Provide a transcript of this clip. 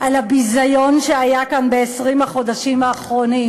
לביזיון שהיה כאן ב-20 החודשים האחרונים.